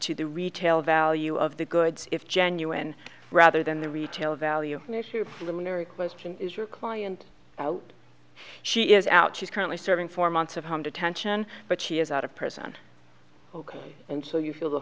to the retail value of the goods if genuine rather than the retail value luminary question is your client she is out she's currently serving four months of home detention but she is out of prison and so you feel the